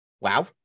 Wow